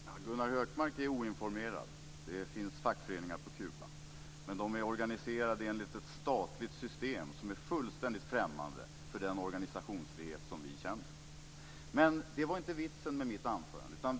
Fru talman! Gunnar Hökmark är oinformerad. Det finns fackföreningar på Kuba. Men de är organiserade enligt ett statligt system som är fullständigt främmande för den organisationsfrihet vi känner. Men det var inte vitsen med mitt anförande.